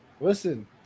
listen